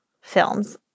films